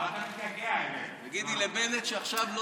איפה הקואליציה שלו?